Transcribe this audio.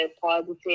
positive